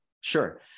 Sure